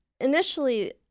initially